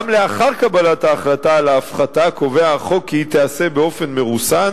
גם לאחר קבלת ההחלטה על ההפחתה קובע החוק כי היא תיעשה באופן מרוסן